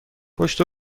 پشت